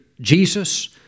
Jesus